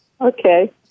Okay